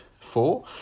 four